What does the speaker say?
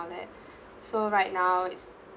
that so right now it's